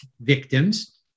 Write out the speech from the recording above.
victims